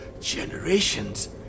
generations